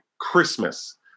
Christmas